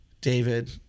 David